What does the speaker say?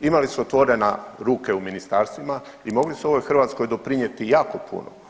Imali su otvorene ruke u ministarstvima i mogli su ovoj Hrvatskoj doprinijeti jako puno.